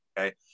Okay